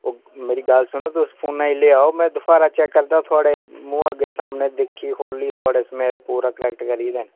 ओ मेरी गल्ल सुनो तुस फोनै ई लेहाओ में दवारा चैक्क करगा थुआढ़े मुहैं अग्गें सामनै दिक्खी खोह्ल्ली थुआढ़े समेत पूरा करैक्ट करियै देना